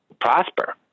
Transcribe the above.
prosper